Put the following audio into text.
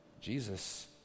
Jesus